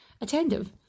Attentive